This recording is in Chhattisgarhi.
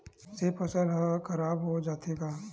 से फसल ह खराब हो जाथे का?